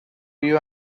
you